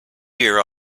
year